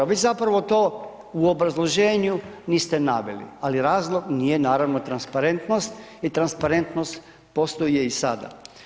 Vi zapravo to u obrazloženju niste naveli ali razlog nije naravno transparentnost i transparentnost postoji i sada.